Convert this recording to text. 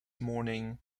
morning